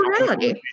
reality